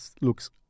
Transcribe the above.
looks